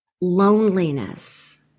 loneliness